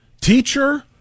teacher